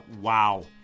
wow